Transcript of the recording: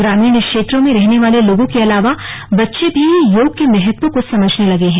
ग्रामीण क्षेत्रों में रहने वाले लोगों के अलावा बच्चे भी योगा के महत्व को समझने लगे हैं